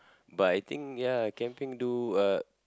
but I think ya camping do uh